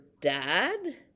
dad